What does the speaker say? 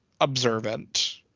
observant